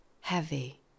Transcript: heavy